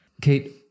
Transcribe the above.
Kate